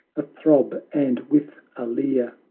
a throb, and with a leer,